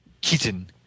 Kitten